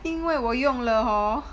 因为我用了 hor